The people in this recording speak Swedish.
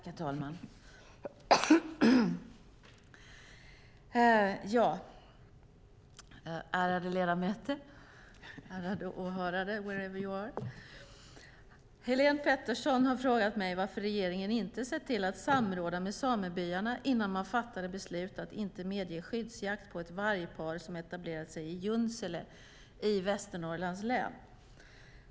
Herr talman, ärade ledamöter och ärade åhörare - wherever you are! Helén Pettersson har frågat mig varför regeringen inte har sett till att samråda med samebyarna innan man fattade beslut om att inte medge skyddsjakt på ett vargpar som etablerat sig i Junsele i Västernorrlands län.